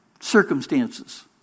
circumstances